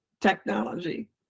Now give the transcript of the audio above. technology